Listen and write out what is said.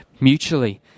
mutually